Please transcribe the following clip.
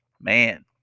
Man